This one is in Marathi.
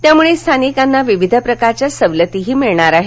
त्यामुळे स्थानिकांना विविध प्रकारच्या सवलतीही मिळणार आहेत